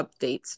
updates